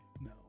No